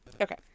Okay